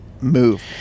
move